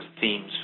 themes